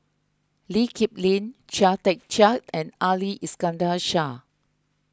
Lee Kip Lin Chia Tee Chiak and Ali Iskandar Shah